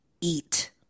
eat